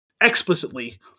explicitly